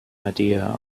idea